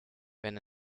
wenn